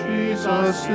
Jesus